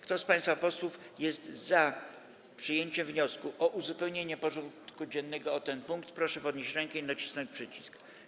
Kto z państwa posłów jest za przyjęciem wniosku o uzupełnienie porządku dziennego o ten punkt, proszę podnieść rękę i nacisnąć przycisk.